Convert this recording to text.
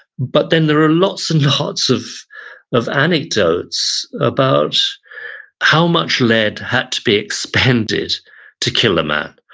but then there are lots and lots of of anecdotes about how much lead had to be expended to kill a man.